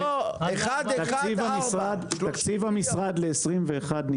הכפר עודד פורר: תשווה את 2021 ל-2020.